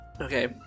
Okay